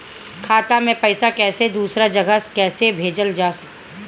खाता से पैसा कैसे दूसरा जगह कैसे भेजल जा ले?